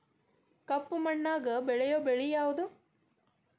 ಕಪ್ಪು ಮಣ್ಣಾಗ ಬೆಳೆಯೋ ಬೆಳಿ ಯಾವುದು?